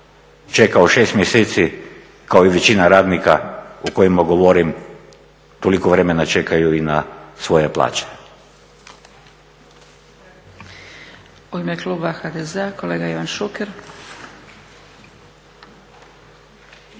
čekao 6 mjeseci kao i većina radnika o kojima govorim, toliko vremena čekaju i na svoje plaće. **Zgrebec, Dragica